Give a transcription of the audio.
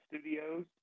studios